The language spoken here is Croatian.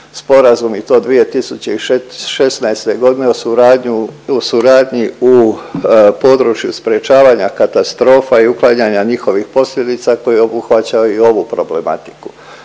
sporazum i to 2016. godine o suradnji u području sprječavanja katastrofa i uklanjanja njihovih posljedica koje obuhvaćaju i ovu problematiku.